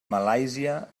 malàisia